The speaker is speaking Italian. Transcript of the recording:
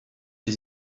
che